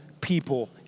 people